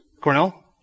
Cornell